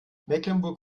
mecklenburg